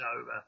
over